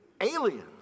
Aliens